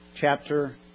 chapter